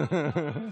בבקשה.